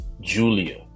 Julia